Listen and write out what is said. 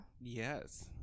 Yes